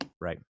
Right